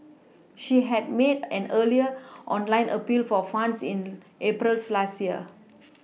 she had made an earlier online appeal for funds in April's last year